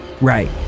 Right